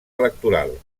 electoral